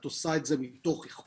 את עושה את זה מתוך אכפתיות,